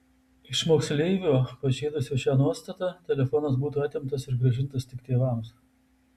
iš moksleivio pažeidusio šią nuostatą telefonas būtų atimtas ir grąžintas tik tėvams